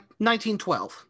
1912